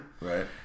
Right